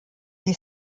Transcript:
die